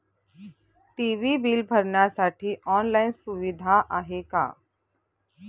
TV bill भरण्यासाठी online सुविधा आहे का?